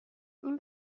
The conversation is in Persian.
این